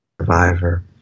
survivor